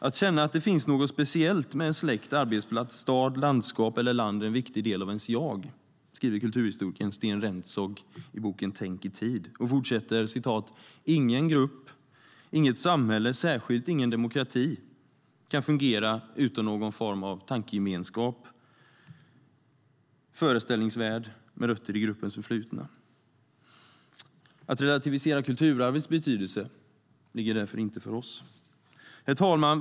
"Att känna att det finns något speciellt med ens släkt, arbetsplats, stad, landskap eller land är en viktig del av ens jag", skriver kulturhistorikern Sten Rentzhog i boken Tänk i tid Herr talman!